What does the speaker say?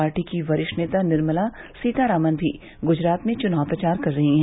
party की वरिष्ठ नेता निर्मला सीतारामन भी गुजरात में चुनाव प्रचार कर रही हैं